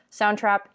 SoundTrap